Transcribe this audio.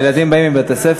הילדים באים מבית-הספר.